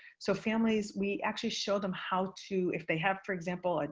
so families, we actually show them how to if they have, for example, ah